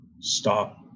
stop